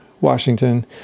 Washington